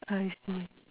I see